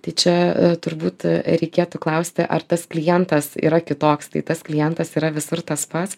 tai čia turbūt reikėtų klausti ar tas klientas yra kitoks tai tas klientas yra visur tas pats